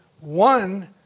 one